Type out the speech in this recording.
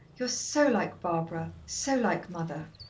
you're so like barbara so like mother.